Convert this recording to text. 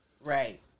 right